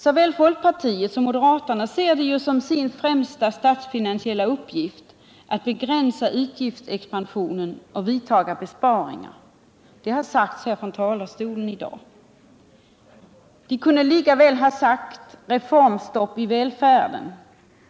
Såväl folkpartiet som moderaterna ser som sin främsta statsfinansiella uppgift att begränsa utgiftsexpansionen och vidta besparingar — det har sagts här i dag. De kunde lika väl ha sagt: Reformstopp i välfärden!